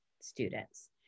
students